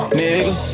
nigga